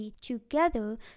together